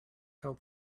held